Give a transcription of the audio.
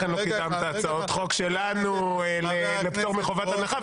לא קידמת הצעות חוק שלנו לפטור מחובת הנחה,